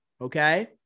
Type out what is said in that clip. Okay